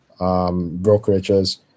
brokerages